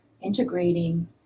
integrating